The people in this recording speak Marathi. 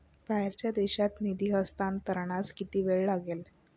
बाहेरच्या देशात निधी हस्तांतरणास किती वेळ लागेल?